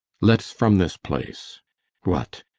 let's from this place what!